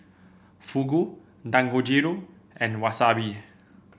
Fugu Dangojiru and Wasabi